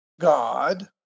God